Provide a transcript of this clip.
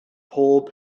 pob